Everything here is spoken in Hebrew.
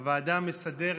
הוועדה המסדרת